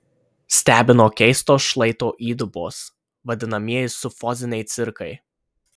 stebino keistos šlaito įdubos vadinamieji sufoziniai cirkai